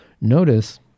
Notice